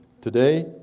Today